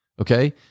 okay